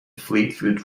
fleetwood